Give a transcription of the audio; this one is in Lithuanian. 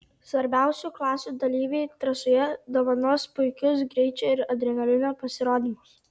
svarbiausių klasių dalyviai trasoje dovanos puikius greičio ir adrenalino pasirodymus